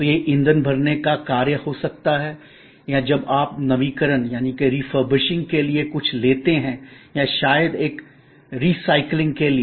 तो यह ईंधन भरने का कार्य हो सकता है या जब आप नवीकरण के लिए कुछ लेते हैं या शायद एक पुनरावृत्ति के लिए